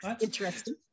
interesting